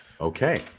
Okay